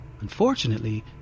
Unfortunately